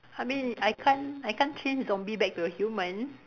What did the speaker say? I mean I can't I can't change zombie back to a human